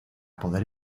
poder